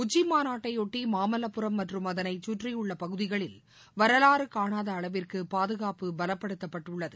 உச்சிமாநாட்டையொட்டி மாமல்வபுரம் மற்றும் அதனை கற்றியுள்ள பகுதிகளில் வரவாறு காணாத அளவிற்கு பாதுகாப்பு பலப்படுத்தப்பட்டுள்ளது